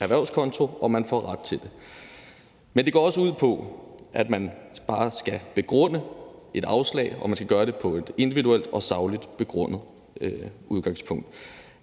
erhvervskonto, og at man får ret til det. Men det går også ud på, at man skal begrunde et afslag, og at man skal gøre det med et individuelt og sagligt begrundet udgangspunkt.